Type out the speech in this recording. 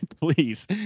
please